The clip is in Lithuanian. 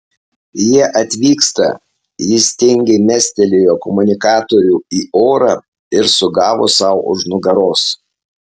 jie atvyksta jis tingiai mestelėjo komunikatorių į orą ir sugavo sau už nugaros